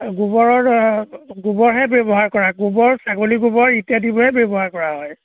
গোবৰ গোবৰহে ব্যৱহাৰ কৰা গোবৰ ছাগলী গোবৰ ইত্যাদিবোৰেহে ব্যৱহাৰ কৰা হয়